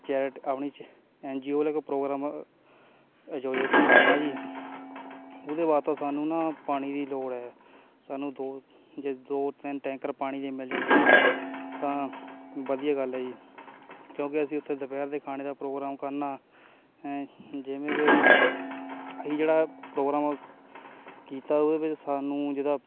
ਚੈਰਟ ਆਪਣੀ N G O ਵੱਲੋਂ ਇੱਕ ਪ੍ਰੋਗਰਾਮ ਆਯੋਜਿਤ ਕਰਨਾ ਜੀ ਉਹਦੇ ਵਾਸਤੇ ਸਾਨੂੰ ਨਾ ਪਾਣੀ ਦੀ ਲੋੜ ਹੈ ਸਾਨੂੰ ਦੋ ਜੇ ਦੋ ਤਿੰਨ ਟੈਂਕਰ ਪਾਣੀ ਦੇ ਮਿਲ ਜਾਂਦੇ ਤਾਂ ਵਧੀਆ ਗੱਲ ਹੈ ਜੀ ਕਿਉਂਕਿ ਅਸੀਂ ਉੱਥੇ ਦੁਪਹਿਰ ਦੇ ਖਾਣੇ ਦਾ ਪ੍ਰੋਗਰਾਮ ਕਰਨਾ ਹੈ ਜਿਵੇਂ ਕਿ ਅਸੀਂ ਜਿਹੜਾ ਪ੍ਰੋਗਰਾਮ ਕੀਤਾ ਉਹਦੇ ਵਿੱਚ ਸਾਨੂੰ ਜਿੱਦਾਂ